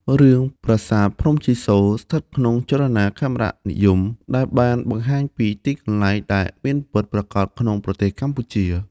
រឿង ប្រាសាទភ្នំជីសូរ ស្ថិតក្នុងចលនាខេមរនិយម ដែលបានបង្ហាញពី ទីកន្លែងដែលមានពិតប្រាកដក្នុងប្រទេសកម្ពុជា។